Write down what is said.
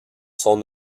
son